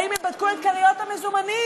האם הם בדקו את כריות המזומנים?